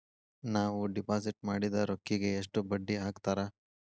ನಾವು ಡಿಪಾಸಿಟ್ ಮಾಡಿದ ರೊಕ್ಕಿಗೆ ಎಷ್ಟು ಬಡ್ಡಿ ಹಾಕ್ತಾರಾ?